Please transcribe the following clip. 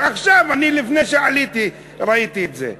עכשיו, לפני שעליתי ראיתי את זה.